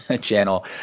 channel